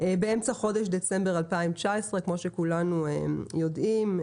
באמצע חודש דצמבר 2019 כמו שכולנו יודעים,